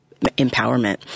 empowerment